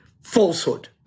falsehood